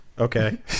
Okay